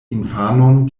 infanon